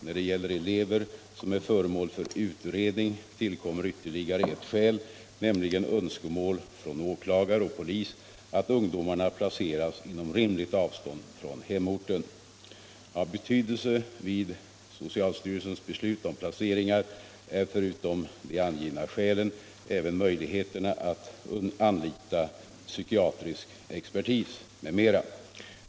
När det gäller elever som är föremål för utredning tillkommer ytterligare ett skäl, nämligen önskemål från åklagare och polis att ungdomarna placeras inom rimligt avstånd från hemorten. Av betydelse vid socialstyrelsens beslut om placeringar är förutom de angivna skälen även möjligheterna att anlita psykiatrisk expertis m.m.